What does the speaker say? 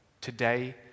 today